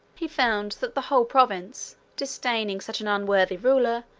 he found that the whole province, disdaining such an unworthy ruler,